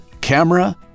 camera